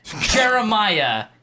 Jeremiah